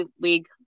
League